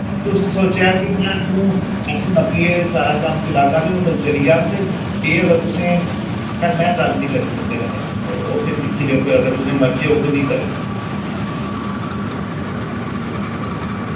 तुस सोचेया कि जि'यां तू अप्पू नप्पीये सारा कम्म चलागा ते होटल चली जाग ते एह् अगर तुसें खैर में गल्ल निं करनी तुंदे कन्नै ओके दिक्खी लियो फिर अगर तुसें मर्जी होग ते मिकी करयो